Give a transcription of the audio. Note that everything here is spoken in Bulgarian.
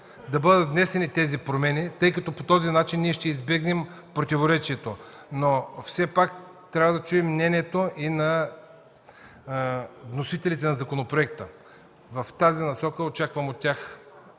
да бъдат внесени тези промени, тъй като по този начин ще избегнем противоречието, но все пак трябва да чуем мнението и на вносителите на законопроекта. Очаквам отговор от тях